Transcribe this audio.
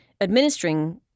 administering